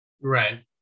Right